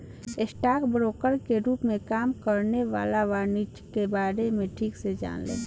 stock broker के रूप में काम करे वाला वाणिज्यिक के बारे में ठीक से जाने ले